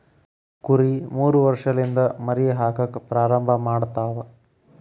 ಕುರಿ ಮೂರ ವರ್ಷಲಿಂದ ಮರಿ ಹಾಕಾಕ ಪ್ರಾರಂಭ ಮಾಡತಾವ